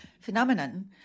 phenomenon